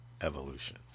evolution